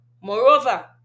Moreover